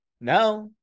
No